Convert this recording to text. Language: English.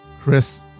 chris